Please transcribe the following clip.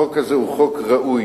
החוק הזה הוא חוק ראוי,